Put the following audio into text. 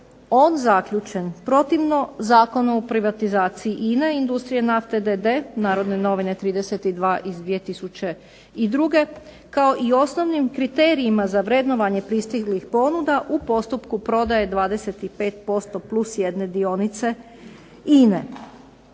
on zaključen protivno Zakonu o privatizaciju INA-e industrije nafte d.d. "Narodne novine" 32/2002. kao i osnovnim kriterijima za vrednovanje pristiglih ponuda u postupku prodaje 25% plus jedne dionice INA-e.